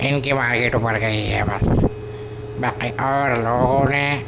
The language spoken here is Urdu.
ان کی مارکیٹ بڑھ گئی ہے بس باقی اور لوگوں نے